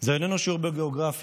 זה איננו שיעור בגיאוגרפיה,